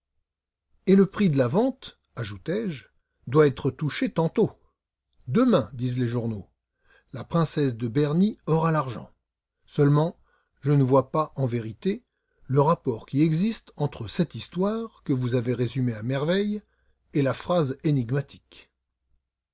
et le prix de la vente ajoutai-je doit être touché tantôt demain disent les journaux la princesse de berny aura l'argent seulement je ne vois pas en vérité le rapport qui existe entre cette histoire que vous avez résumée à merveille et la phrase énigmatique